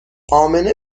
امنه